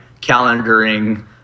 calendaring